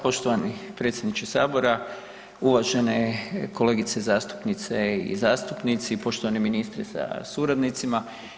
Poštovani predsjedniče Sabora, uvažene kolegice zastupnice i zastupnici, poštovani ministre sa suradnicima.